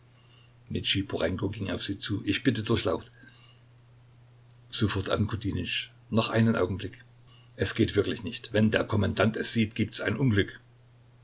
ging auf sie zu ich bitte durchlaucht sofort ankudinytsch noch einen augenblick es geht wirklich nicht wenn der kommandant es sieht gibt's ein unglück